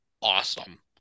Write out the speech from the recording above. awesome